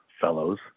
fellows